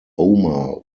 omer